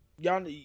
Y'all